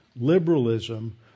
liberalism